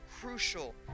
crucial